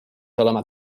olema